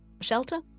shelter